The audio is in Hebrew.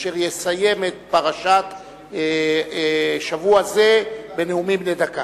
אשר יסיים את פרשת שבוע זה בנאומים בני דקה.